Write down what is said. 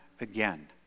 again